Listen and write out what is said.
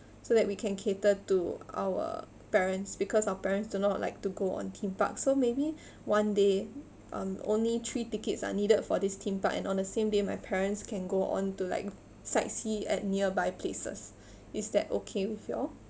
so that we can cater to our parents because our parents do not like to go on theme parks so maybe one day um only three tickets are needed for this theme park and on the same day my parents can go on to like sightsee at nearby places is that okay with you all